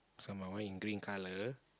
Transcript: so my one in green colour